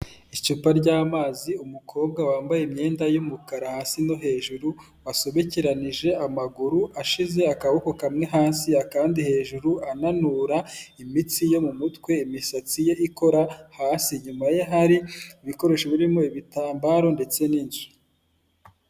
Icupa ry'amazi, umukobwa wambaye imyenda y'umukara hasi no hejuru, wasobekeranije amaguru, ashize akaboko kamwe hasi, akandi hejuru, ananura imitsi yo mu mutwe, imisatsi ye ikora hasi. Inyuma ye hari ibikoresho birimo ibitambaro, ndetse n'inzu.